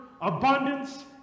abundance